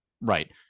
right